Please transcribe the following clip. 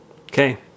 Okay